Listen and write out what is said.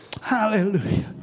Hallelujah